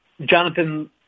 Jonathan